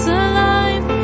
alive